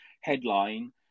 headline